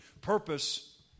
purpose